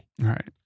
right